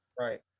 right